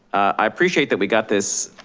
i appreciate that we got this